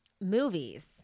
movies